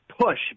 push